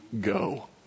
go